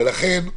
ולכן,